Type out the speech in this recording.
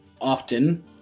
Often